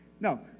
No